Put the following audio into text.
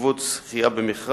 בעקבות זכייה במכרז